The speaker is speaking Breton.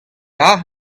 aze